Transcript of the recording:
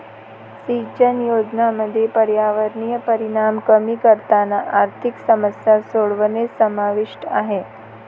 सिंचन योजनांमध्ये पर्यावरणीय परिणाम कमी करताना आर्थिक समस्या सोडवणे समाविष्ट आहे